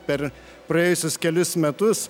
per praėjusius kelis metus